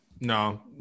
No